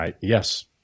Yes